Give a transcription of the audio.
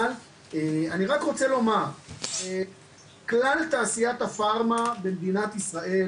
אבל אני רק רוצה לומר שכלל תעשיית הפארמה במדינת ישראל